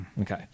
Okay